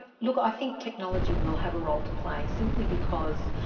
look, i think technology will have a role to play simply because,